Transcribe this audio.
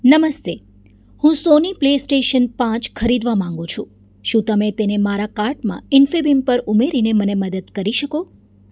નમસ્તે હું Sony PlayStation પાંચ ખરીદવા માંગુ છું શું તમે તેને મારા કાર્ટમાં ઇન્ફીબીમ પર ઉમેરીને મને મદદ કરી શકો